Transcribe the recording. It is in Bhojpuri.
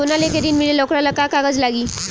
सोना लेके ऋण मिलेला वोकरा ला का कागज लागी?